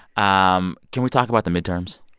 um can we talk about the midterms?